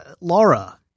Laura